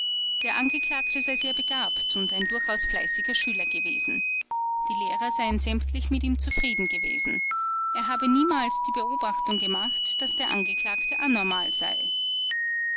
der angeklagte sei sehr begabt und ein durchaus fleißiger schüler gewesen die lehrer seien sämtlich mit ihm zufrieden gewesen er habe niemals die beobachtung gemacht daß der angeklagte anormal sei